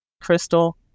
Crystal